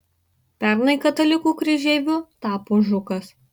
pernai katalikų kryžeiviu tapo žukas